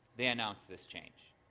they announce this change.